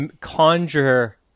conjure